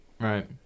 right